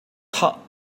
thah